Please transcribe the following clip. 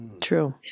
True